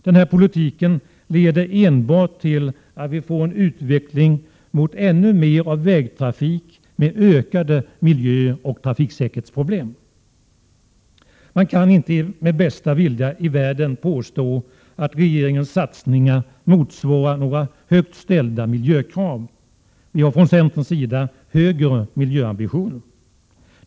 Den politiken leder enbart till att vi får en utveckling mot ännu mer av vägtrafik med ökade miljöoch trafiksäkerhetsproblem. Man kan inte med bästa vilja i världen påstå att regeringens satsningar motsvarar några högt ställda miljökrav. Vi har från centerns sida högre miljöambitioner.